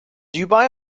dubai